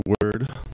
word